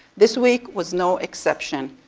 this week was no exception.